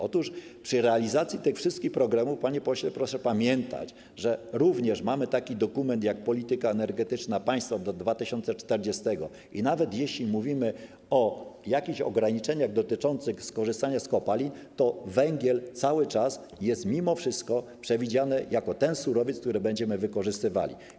Otóż przy realizacji tych wszystkich programów - panie pośle, proszę pamiętać, że mamy również taki dokument jak polityka energetyczna państwa do 2040 r. - nawet jeśli mówimy o jakichś ograniczeniach dotyczących skorzystania z kopalin, to węgiel cały czas jest mimo wszystko przewidziany jako ten surowiec, który będziemy wykorzystywali.